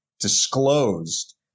disclosed